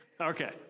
Okay